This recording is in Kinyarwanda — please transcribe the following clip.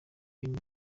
ibintu